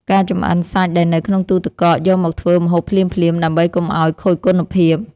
ការចម្អិនសាច់ដែលនៅក្នុងទូទឹកកកយកមកធ្វើម្ហូបភ្លាមៗ ដើម្បីកុំឱ្យខូចគុណភាព។